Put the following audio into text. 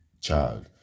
child